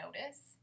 notice